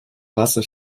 wasser